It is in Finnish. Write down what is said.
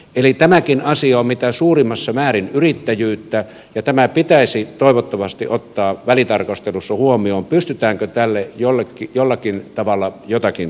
eli tämäkin asia on mitä suurimmassa määrin yrittäjyyttä ja tämä pitäisi toivottavasti ottaa välitarkastelussa huomioon pystytäänkö tälle jollakin tavalla jotakin tekemään